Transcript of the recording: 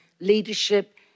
leadership